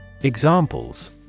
Examples